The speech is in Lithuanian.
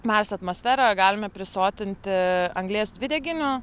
marso atmosferą galime prisotinti anglies dvideginiu